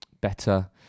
better